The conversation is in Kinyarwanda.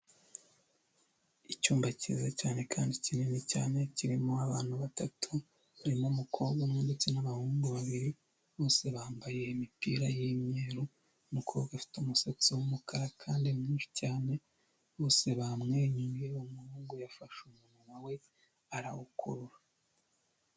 Icyumba kiza cyane kandi kinini cyane, kirimo abantu batatu, barimo umukobwa umwe ndetse n'abahungu babiri, bose bambaye imipira y'imyeru, umukobwa afite umusatsi w'umukara kandi mwinshi cyane, bose bamwenyuye, umuhungu yafashe umunwa we arawukurura.